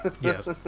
Yes